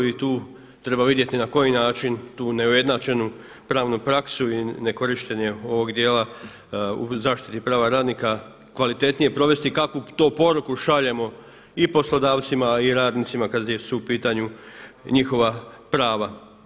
I tu treba vidjeti na koji način tu neujednačenu pravnu praksu i nekorištenje ovog dijela u zaštiti prava radnika kvalitetnije provesti i kakvu to poruku šaljemo i poslodavcima, a i radnicima kada su u pitanju njihova prava.